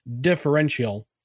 differential